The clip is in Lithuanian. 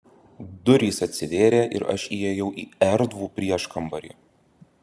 durys atsivėrė ir aš įėjau į erdvų prieškambarį